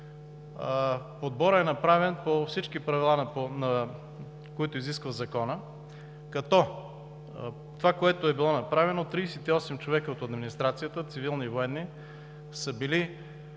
Подборът е направен по всички правила, които изисква Законът, като това, което е било направено, е: 38 човека от администрацията – цивилни и военни, са били